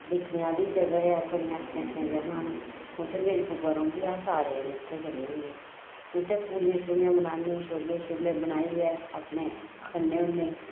दिक्खने आह्ली जगह् ऐ बड़ियां अच्छियां जगह् न उत्थें मेरी बुआ रौंह्दी अस सारे जने उत्थें जन्ने होन्ने उत्थें पूड़ियां शूड़ियां बनान्ने पुड़ियां छोल्ले बनाइयै अपने खन्ने होन्ने